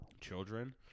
children